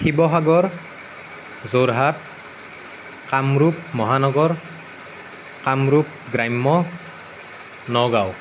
শিৱসাগৰ যোৰহাট কামৰূপ মহানগৰ কামৰূপ গ্ৰাম্য নগাঁও